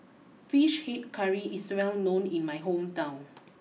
Fish Head Curry is well known in my hometown